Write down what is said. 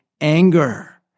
anger